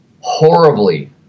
horribly